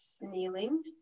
kneeling